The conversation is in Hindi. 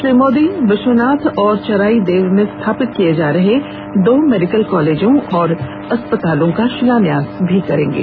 श्री मोदी बिस्वनाथ और चराइदेव में स्थापित किए जा रहे दो मेडिकल कॉलेजों और अस्पतालों का शिलान्यास भी करेंगे